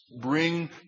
bring